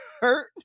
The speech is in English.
hurt